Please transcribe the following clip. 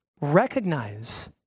recognize